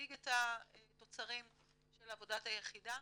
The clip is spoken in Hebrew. להציג את התוצרים של עבודת היחידה.